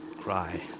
cry